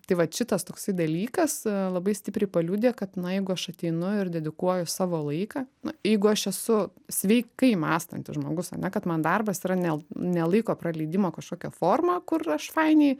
tai vat šitas toksai dalykas labai stipriai paliudija kad na jeigu aš ateinu ir dedikuoju savo laiką na jeigu aš esu sveikai mąstantis žmogus ar ne kad man darbas yra ne ne laiko praleidimo kažkokia forma kur aš fainiai